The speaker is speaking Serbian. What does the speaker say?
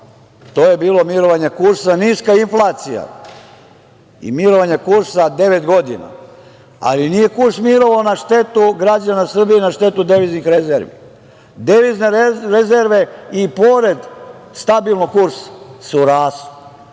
to je bilo mirovanje kursa i niska inflacija, i mirovanje kursa 9 godina, ali nije kurs mirovao na štetu građana Srbije i na štetu deviznih rezervi. Devizne rezerve i pored stabilnog kursa su rasle,